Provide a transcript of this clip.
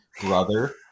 brother